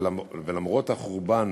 ולמרות החורבן